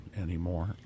anymore